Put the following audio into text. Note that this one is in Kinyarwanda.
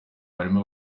harimo